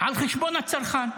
על חשבון הצרכן.